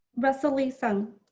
russell lee-sung.